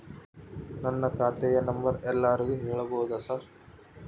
ನನ್ನ ಖಾತೆಯ ನಂಬರ್ ಎಲ್ಲರಿಗೂ ಹೇಳಬಹುದಾ ಸರ್?